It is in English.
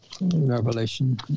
Revelation